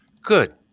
good